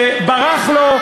שברח לו,